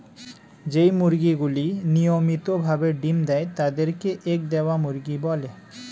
যেই মুরগিগুলি নিয়মিত ভাবে ডিম্ দেয় তাদের কে এগ দেওয়া মুরগি বলে